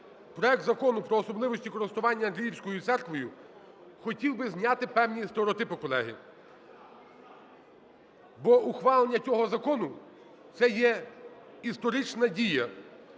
проект Закону про особливості користування Андріївською церквою, хотів би зняти певні стереотипи, колеги, бо ухвалення цього закону - це є історична дія.